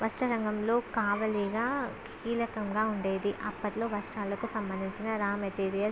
వస్త్ర రంగంలో కావలి కీలకంగా ఉండేది అప్పటీలో వస్త్రాలకు సంబంధించిన రా మెటీరియల్